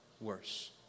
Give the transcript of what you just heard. worse